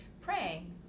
praying